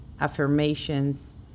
affirmations